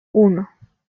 uno